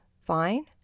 fine